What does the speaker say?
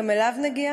גם אליו נגיע.